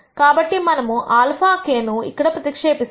కాబట్టి మనము αk ను ఇక్కడ ప్రతిక్షేపిస్తేద్దాం